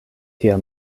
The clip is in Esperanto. kiel